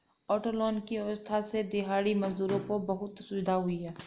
auto loan की व्यवस्था से दिहाड़ी मजदूरों को बहुत सुविधा हुई है